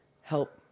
help